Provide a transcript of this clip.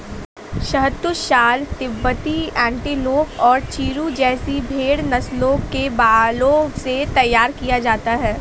शहतूश shawl तिब्बती antelope और चिरु जैसी भेड़ नस्लों के बालों से तैयार किया जाता है